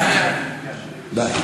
די.